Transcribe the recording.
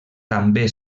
també